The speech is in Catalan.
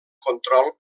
control